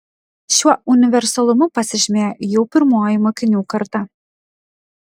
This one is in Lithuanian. šiuo universalumu pasižymėjo jau pirmoji mokinių karta